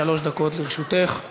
שלוש דקות לרשותך.